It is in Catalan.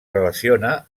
relaciona